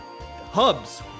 hubs